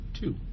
Two